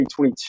2022